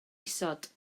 isod